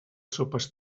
sopes